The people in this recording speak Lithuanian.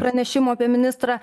pranešimų apie ministrą